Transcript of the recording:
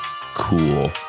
cool